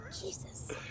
Jesus